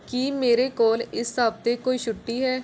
ਕੀ ਮੇਰੇ ਕੋਲ ਇਸ ਹਫਤੇ ਕੋਈ ਛੁੱਟੀ ਹੈ